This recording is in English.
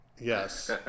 yes